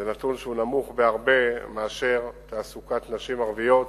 זה נתון שהוא נמוך בהרבה מהנתון של תעסוקת נשים ערביות.